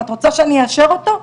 ואת רוצה שאני אאשר אותו?